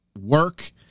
work